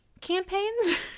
campaigns